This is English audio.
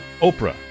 Oprah